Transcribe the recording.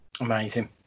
amazing